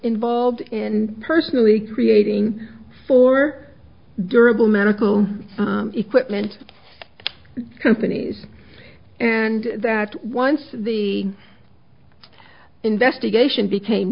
involved in personally creating for durable medical equipment companies and that once the investigation became